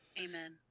Amen